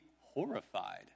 horrified